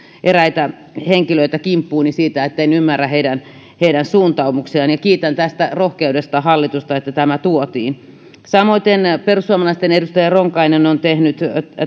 eräitä henkilöitä kimppuuni siitä etten ymmärrä heidän heidän suuntaumuksiaan ja kiitän tästä rohkeudesta hallitusta että tämä tuotiin samoiten perussuomalaisten edustaja ronkainen on tehnyt